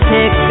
Pick